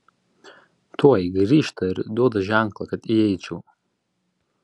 tuoj grįžta ir duoda ženklą kad įeičiau